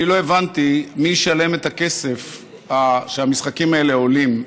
אני לא הבנתי מי ישלם את הכסף שהמשחקים האלה עולים,